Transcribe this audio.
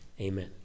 Amen